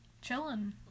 chilling